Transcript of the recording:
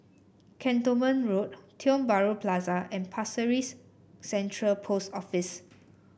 Cantonment Road Tiong Bahru Plaza and Pasir Ris Central Post Office